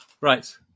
Right